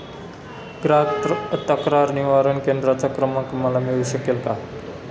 ग्राहक तक्रार निवारण केंद्राचा क्रमांक मला मिळू शकेल का?